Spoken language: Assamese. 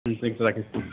ঠিক আছে ৰাখিছোঁ